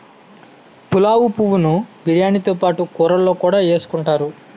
పులావు పువ్వు ను బిర్యానీతో పాటు కూరల్లో కూడా ఎసుకుంతారు